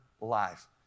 life